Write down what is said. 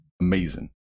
amazing